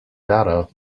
data